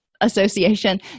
association